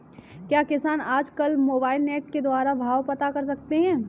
क्या किसान आज कल मोबाइल नेट के द्वारा भाव पता कर सकते हैं?